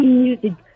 music